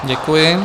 Děkuji.